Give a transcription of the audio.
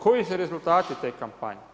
Koji su rezultati te kampanje?